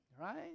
right